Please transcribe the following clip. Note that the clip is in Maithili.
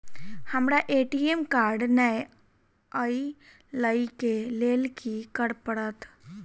हमरा ए.टी.एम कार्ड नै अई लई केँ लेल की करऽ पड़त?